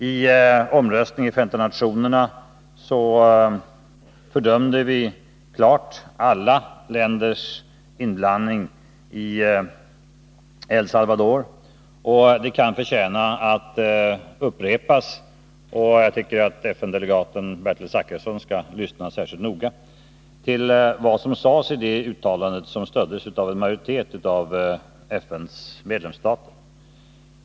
I omröstningen i Förenta nationerna fördömde vi klart alla länders vapensändningar till El Salvador. Det kan förtjänas att upprepas. Jag tycker att FN-delegaten Bertil Zachrisson skall lyssna särskilt noga till vad som sades i det uttalandet, som stöddes av en majoritet av FN:s medlemsstater.